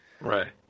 Right